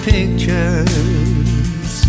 pictures